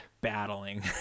battling